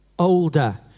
Older